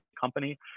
company